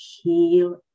heal